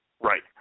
Right